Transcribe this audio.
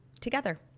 together